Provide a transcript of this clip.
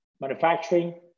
manufacturing